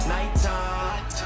Nighttime